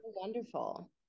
wonderful